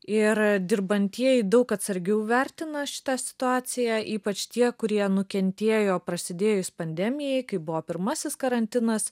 ir dirbantieji daug atsargiau vertina šitą situaciją ypač tie kurie nukentiejo prasidėjus pandemijai kai buvo pirmasis karantinas